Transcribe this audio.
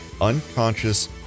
unconscious